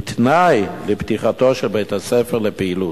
הוא תנאי לפתיחתו של בית-הספר לפעילות.